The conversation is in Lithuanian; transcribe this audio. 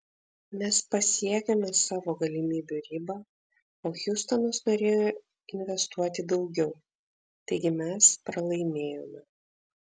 mes pasiekėme savo galimybių ribą o hjustonas norėjo investuoti daugiau taigi mes pralaimėjome